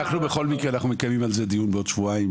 בכל מקרה אנחנו מקיימים על זה דיון בעוד שבועיים